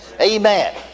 Amen